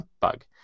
bug